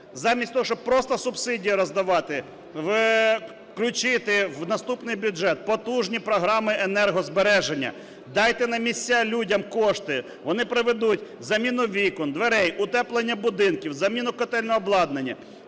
замість того, щоб просто субсидію роздавати, включити в наступний бюджет потужні програми енергозбереження. Дайте на місця людям кошти, вони проведуть заміну вікон, дверей, утеплення будинків, заміну котельного обладнання.